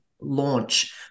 launch